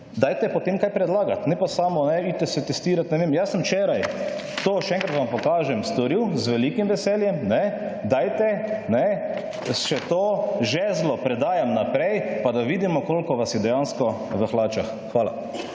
dajte potem kaj predlagati, ne pa samo idite se testirati. Jaz sem včeraj, to, še enkrat vam pokažem, storil z velikim veseljem, dajte še to žezlo predajam naprej, pa da vidimo koliko vas je dejansko v hlačah. Hvala.